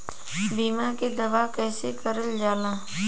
बीमा के दावा कैसे करल जाला?